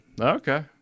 okay